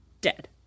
Dead